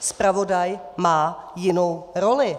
Zpravodaj má jinou roli.